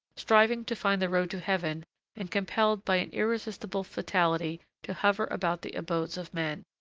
striving to find the road to heaven and compelled by an irresistible fatality to hover about the abodes of men,